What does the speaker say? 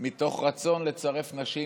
בעיקר מתוך רצון לצרף נשים,